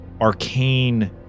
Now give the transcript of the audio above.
arcane